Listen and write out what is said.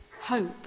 hope